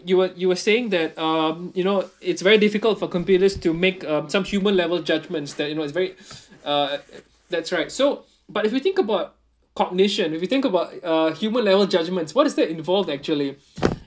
you were you were saying that um you know it's very difficult for computers to make uh some human level judgments that you know it's very uh that's right so but if you think about cognition if you think about uh human level judgments what is there involved actually